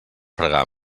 pregar